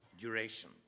duration